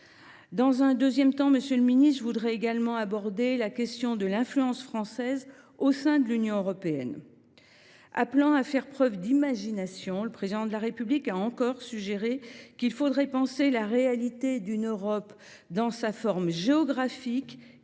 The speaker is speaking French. s’il a des propositions. Je voudrais également aborder la question de l’influence française au sein de l’Union européenne. Appelant à faire preuve d’imagination, le Président de la République a encore suggéré qu’il faudrait penser « la réalité d’une Europe dans sa forme géographique, qui n’est